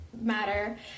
matter